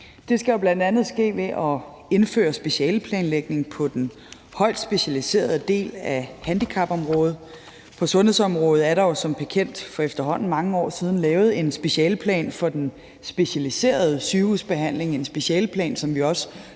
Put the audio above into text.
Det skal bl.a. ske ved at indføre specialeplanlægning på den højt specialiserede del af handicapområdet. For sundhedsområdet er der jo, som bekendt, for efterhånden mange år siden lavet en specialeplan for den specialiserede sygehusbehandling,